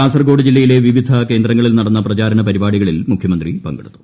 കാസർഗോഡ് ജില്ലയിലെ വിവിധ കേന്ദ്രങ്ങളിൽ നടന്ന പ്രചാരണ പരിപാടികളിൽ മുഖൃമന്ത്രി പങ്കെടുത്തു